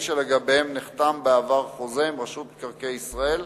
שלגביהם נחתם בעבר חוזה עם רשות מקרקעי ישראל,